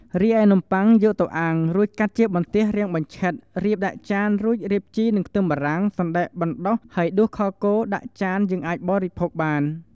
រីឯនំប័ុងយកទៅអាំំងរួចកាត់ជាបន្ទះរាងបញ្ឆិតរៀបដាក់ចានរួចរៀបជីនិងខ្ទឹមបារាំង សណ្តែកបណ្ដុះ ហើយដួសខគោដាក់ចានយើងអាចបរិភោគបាន។